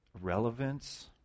relevance